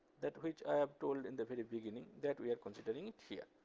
that which i have told in the very beginning, that we are considering it here.